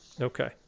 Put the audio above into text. okay